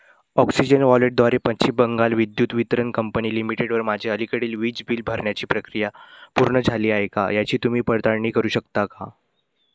oxygen वॉलेटद्वारे पश्चिम बंगाल विद्युत वितरण कंपनी लिमिटेडवर माझे अलीकडील वीज बिल भरण्याची प्रक्रिया पूर्ण झाली आहे का याची तुम्ही पडताळणी करू शकता का